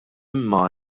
imma